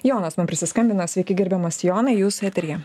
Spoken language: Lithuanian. jonas mum prisiskambino sveiki gerbiamas jonai jūs eteryje